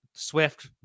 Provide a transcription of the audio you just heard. Swift